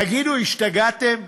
תגידו, השתגעתם?